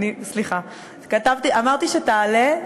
אמרתי שתעלה,